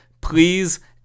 please